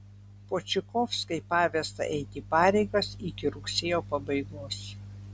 počikovskai pavesta eiti pareigas iki rugsėjo pabaigos